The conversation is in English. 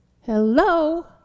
Hello